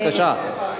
בבקשה,